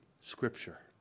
scripture